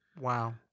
Wow